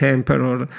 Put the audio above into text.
Emperor